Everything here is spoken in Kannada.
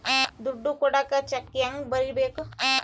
ದುಡ್ಡು ಕೊಡಾಕ ಚೆಕ್ ಹೆಂಗ ಬರೇಬೇಕು?